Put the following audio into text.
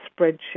spreadsheet